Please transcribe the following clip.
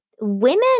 women